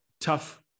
tough